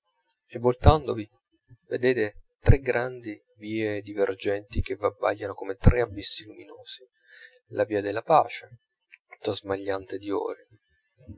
e voltandovi vedete tre grandi vie divergenti che v'abbagliano come tre abissi luminosi la via della pace tutta smagliante d'ori